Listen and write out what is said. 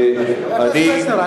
חבר הכנסת פלסנר,